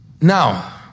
Now